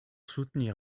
soutenir